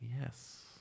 yes